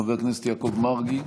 חבר הכנסת יעקב מרגי,